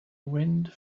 wind